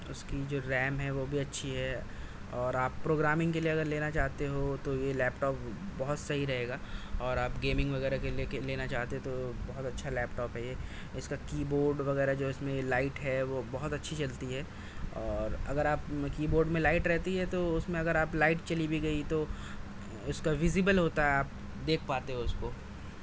اس کی جو ریم ہے وہ بھی اچھی ہے اور آپ پروگرامنگ کے لیے اگر لینا چاہتے ہو تو یہ لیپ ٹاپ بہت صحیح رہے گا اور آپ گیمنگ وغیرہ کے لیکے لینا چاہتے تو بہت اچھا لیپ ٹاپ ہے یہ اس کا کی بورڈ وغیرہ جو ہے اس میں لائٹ ہے وہ بہت اچھی جلتی ہے اور اگر آپ کی بورڈ میں لائٹ رہتی ہے تو اس میں اگر آپ لائٹ چلی بھی گئی تو اس کا ویزیبل ہوتا ہے آپ دیکھ پاتے ہو اس کو